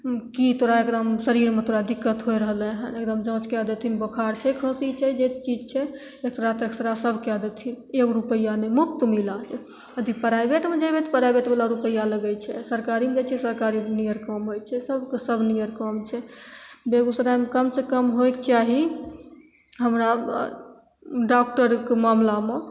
की तोरा एकदम शरीरमे तोरा दिक्कत होइ रहलय हन एकदम जाँच कए देथिन बोखार छै खाँसी छै जे चीज छै एक्सरे तेक्सरे सब कए देथिन एक रूपैआ नहि मुफ्तमे इलाज यदि प्राइवेटमे जेबय तऽ प्राइवेटवला रूपैआ लगय छै आओर सरकारीमे जाइ छियै सरकारी नीयर काम होइ छै सबके सब नीयर काम छै बेगूसरायमे कम सँ कम होइके चाही हमरा डॉक्टरके मामिलामे